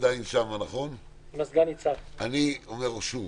אני אומר שוב,